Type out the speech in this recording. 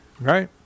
Right